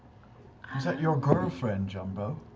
your girlfriend, jumbo?